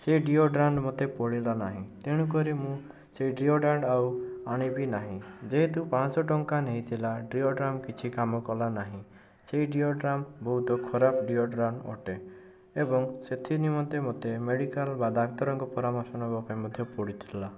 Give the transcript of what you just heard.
ସେ ଡିଓଡ୍ରାଣ୍ଟ୍ ମୋତେ ପଡ଼ିଲା ନାହିଁ ତେଣୁକରି ମୁଁ ସେ ଡିଓଡ୍ରାଣ୍ଟ୍ ଆଉ ଆଣିବି ନାହିଁ ଯେହେତୁ ପାଞ୍ଚଶହ ଟଙ୍କା ନେଇଥିଲା ଡିଓଡ୍ରାଣ୍ଟ୍ କିଛି କାମ କଲା ନାହିଁ ସେହି ଡିଓଡ୍ରାଣ୍ଟ୍ ବହୁତ ଖରାପ ଡିଓଡ୍ରାଣ୍ଟ୍ ଅଟେ ଏବଂ ସେଥି ନିମନ୍ତେ ମୋତେ ମେଡ଼ିକାଲ୍ ବା ଡାକ୍ତରଙ୍କ ପରାମର୍ଶ ନେବା ପାଇଁ ମଧ୍ୟ ପଡ଼ିଥିଲା